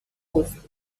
rosto